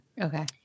Okay